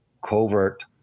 covert